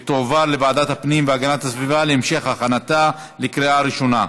ותועבר לוועדת הפנים והגנת הסביבה להמשך הכנתה לקריאה ראשונה.